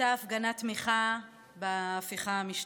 הייתה הפגנת תמיכה בהפיכה המשטרית.